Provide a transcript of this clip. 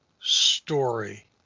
story